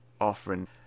offering